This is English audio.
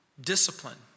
discipline